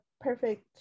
perfect